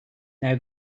now